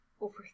over